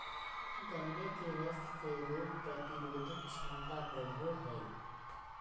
गन्ने के रस से रोग प्रतिरोधक क्षमता बढ़ो हइ